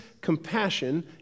compassion